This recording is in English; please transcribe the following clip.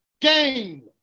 Game